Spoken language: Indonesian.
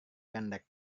pendek